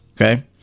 okay